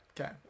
okay